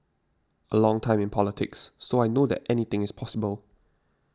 a long time in politics so I know that anything is possible